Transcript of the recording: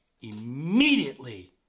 immediately